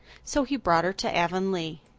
so he brought her to avonlea.